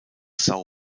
são